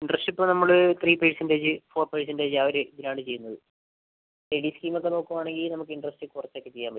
membership നമ്മള് three percentage four percentage ആ ഒര് ഇതിൽ ആണ് ചെയ്യുന്നത് ഡെയിലി സ്കീം ഒക്കെ നോക്കുവാണെങ്കിൽ നമുക്ക് ഇൻ്ററസ്റ്റ് കുറച്ച് ഒക്കെ ചെയ്യാൻ പറ്റും